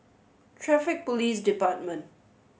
Traffic Police Department